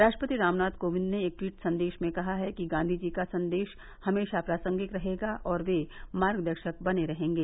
राष्ट्रपति रामनाथ कोविंद ने एक ट्वीट संदेश में कहा कि गांधी जी का संदेश हमेशा प्रासंगिक रहेगा और वे मार्गदर्शक बने रहेंगे